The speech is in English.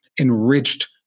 enriched